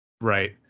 Right